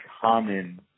common